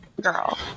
girl